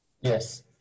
Yes